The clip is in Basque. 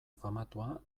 famatua